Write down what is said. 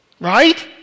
Right